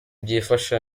byifashe